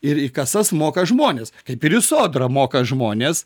ir į kasas moka žmonės kaip ir į sodrą moka žmonės